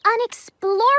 unexplored